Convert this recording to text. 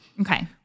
Okay